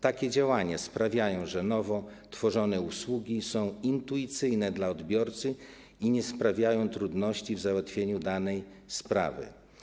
Takie działania sprawiają, że nowo tworzone usługi są intuicyjne dla odbiorcy i nie sprawiają trudności w załatwieniu danej sprawy.